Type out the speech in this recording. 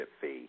fee